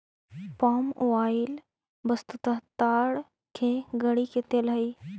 पाम oil वस्तुतः ताड़ के गड़ी के तेल हई